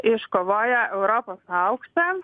iškovojo europos auksą